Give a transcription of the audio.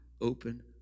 open